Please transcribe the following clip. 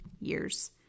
years